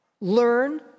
Learn